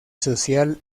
social